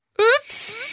Oops